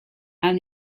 and